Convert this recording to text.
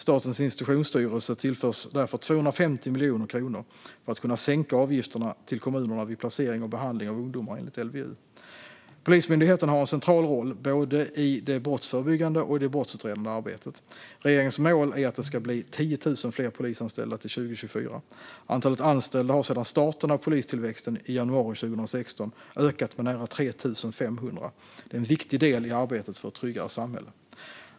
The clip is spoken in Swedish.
Statens institutionsstyrelse tillförs därför 250 miljoner kronor för att kunna sänka avgifterna till kommunerna vid placering och behandling av ungdomar enligt LVU. Polismyndigheten har en central roll i både det brottsförebyggande och det brottsutredande arbetet. Regeringens mål är att det ska bli 10 000 fler polisanställda 2024. Antalet anställda har sedan starten av polistillväxten i januari 2016 ökat med nära 3 500. Det är en viktig del i arbetet för ett tryggare samhälle.